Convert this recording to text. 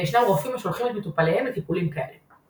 וישנם רופאים השולחים את מטופליהם לטיפולים כאלה.